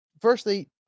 firstly